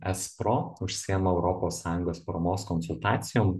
es pro užsiema europos sąjungos paramos konsultacijom